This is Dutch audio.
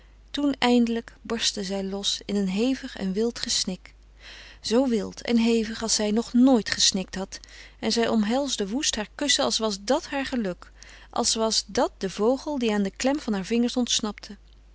toen eindelijk barstte zij los in een hevig en wild gesnik zoo wild en hevig als zij nog nooit gesnikt had en zij omhelsde woest haar kussen als was dat haar geluk als was dat de vogel die aan den klem harer vingeren ontsnapte